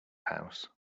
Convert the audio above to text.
house